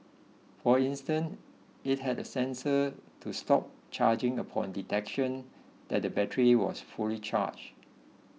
for instance it had a sensor to stop charging upon detection that the battery was fully charged